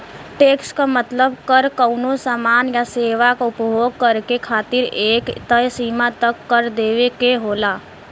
tax क मतलब कर कउनो सामान या सेवा क उपभोग करे खातिर एक तय सीमा तक कर देवे क होला